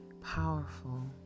powerful